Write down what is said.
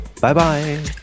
Bye-bye